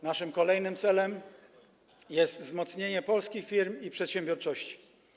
Naszym kolejnym celem jest wzmocnienie polskich firm i przedsiębiorczości.